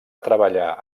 treballar